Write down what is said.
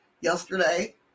yesterday